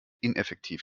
ineffektiv